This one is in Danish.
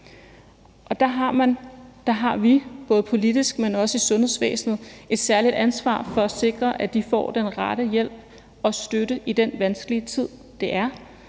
Og der har vi både politisk, men også i sundhedsvæsenet et særligt ansvar for at sikre, at de får den rette hjælp og støtte i den vanskelige tid, det er,